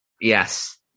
yes